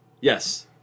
yes